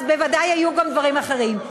בוודאי היו גם דברים אחרים.